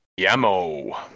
Yamo